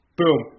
boom